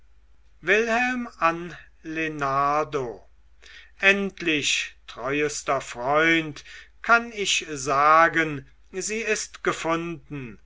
wilhelm an lenardo endlich teuerster freund kann ich sagen sie ist gefunden